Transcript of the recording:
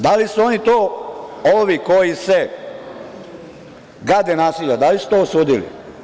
Da li su oni to, ovi koji se gade nasilja, da li su to osudili?